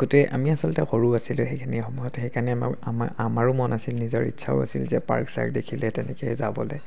গোটেই আমি আচলতে সৰু আছিলোঁ সেইখিনি সময়ত সেইকাৰণে আমা আমাৰো মন আছিল নিজৰ ইচ্ছাও আছিল যে পাৰ্ক চাৰ্ক দেখিলে তেনেকৈ যাবলৈ